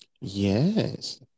Yes